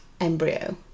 embryo